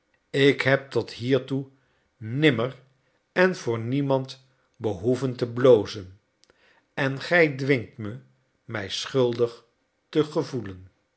ik heb tot hiertoe nimmer en voor niemand behoeven te blozen en gij dwingt me mij schuldig te gevoelen